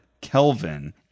Kelvin